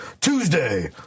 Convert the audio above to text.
Tuesday